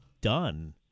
done